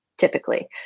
Typically